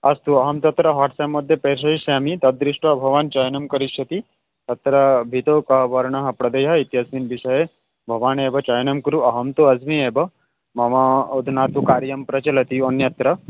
अस्तु अहं तत्र वाट्साप् मध्ये प्रेषयिष्यामि तद्दृष्ट्वा भवान् चयनं करिष्यति तत्र भितौ कः वर्णः प्रदेयः इत्यस्मिन् विषये भवान् एव चयनं कुरु अहं तु अस्मि एव मम अधुना तु कार्यं प्रचलति अन्यत्र